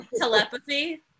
telepathy